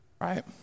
Right